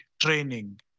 training